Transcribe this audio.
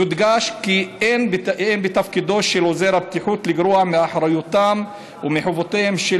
יודגש כי אין בתפקידו של עוזר הבטיחות לגרוע מאחריותם ומחובותיהם של